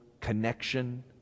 connection